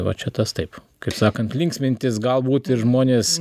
va čia tas taip kaip sakant linksmintis galbūt tie žmonės